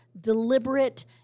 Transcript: deliberate